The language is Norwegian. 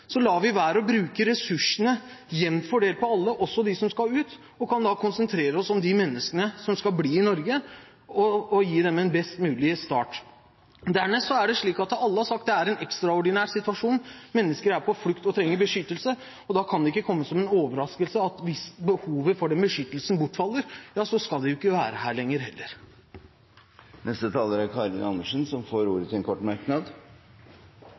vi være å bruke ressursene jevnt fordelt på alle – også dem som skal ut – og vi kan konsentrere oss om de menneskene som skal bli i Norge, og gi dem en best mulig start. Dernest er det slik som alle har sagt, at det er en ekstraordinær situasjon. Mennesker er på flukt og trenger beskyttelse, og da kan det ikke komme som en overraskelse at hvis behovet for beskyttelse bortfaller, så skal de heller ikke være her lenger. Karin Andersen har hatt ordet to ganger tidligere og får ordet til en kort merknad,